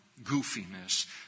goofiness